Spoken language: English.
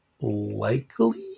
likely